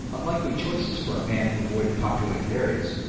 unlikely choices for a man who avoided populated areas!